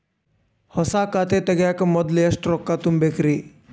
ಹೊಸಾ ಖಾತೆ ತಗ್ಯಾಕ ಮೊದ್ಲ ಎಷ್ಟ ರೊಕ್ಕಾ ತುಂಬೇಕ್ರಿ?